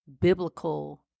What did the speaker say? biblical